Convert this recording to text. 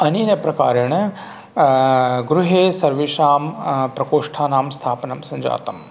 अनेन प्रकारेण गृहे सर्वेषां प्रकोष्ठानां स्थापनं सञ्जातम्